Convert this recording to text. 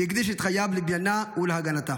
והקדיש את חייו לבניינה ולהגנתה.